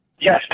Yes